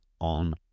on